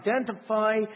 identify